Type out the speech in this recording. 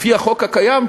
לפי החוק הקיים,